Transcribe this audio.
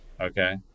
Okay